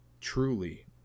Truly